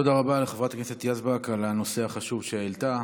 תודה רבה לחברת הכנסת יזבק על הנושא החשוב שהעלתה.